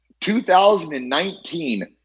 2019